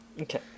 Okay